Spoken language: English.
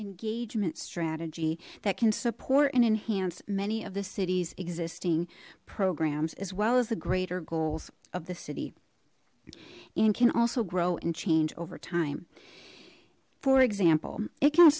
engagement strategy that can support and enhance many of the city's existing programs as well as the greater goals of the city and can also grow and change over time for example it